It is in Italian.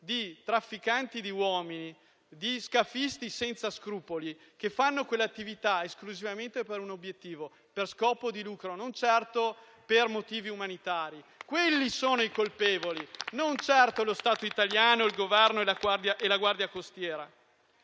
di trafficanti di uomini e di scafisti senza scrupoli, che fanno quell'attività esclusivamente per un obiettivo, ovvero per scopo di lucro, non certamente per motivi umanitari. Quelli sono i colpevoli, non certo lo Stato italiano, il Governo e la Guardia costiera!